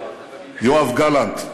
יואב גלנט,